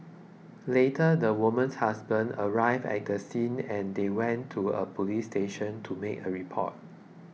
later the woman's husband arrived at the scene and they went to a police station to make a report